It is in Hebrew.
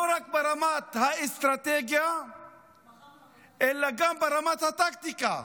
לא רק ברמת האסטרטגיה אלא גם ברמת הטקטיקה,